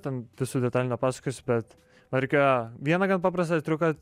ten visų detalių nepasakosiu bet ma reikėjo vieną gan paprastą triuką